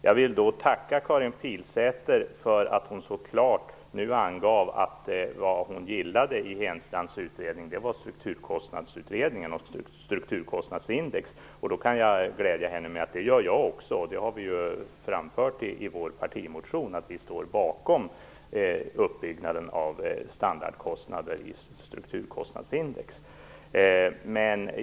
Jag vill tacka Karin Pilsäter för att hon så klart angav vad hon gillade i Henstrands utredning, nämligen Strukturkostnadsutredningen och strukturkostnadsindex. Jag kan glädja henne med att också jag gillar det, och vi har i vår partimotion framfört att vi står bakom en uppbygnad av standardkostnader i strukturkostnadsindex.